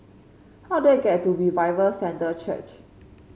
how do I get to Revival Center Church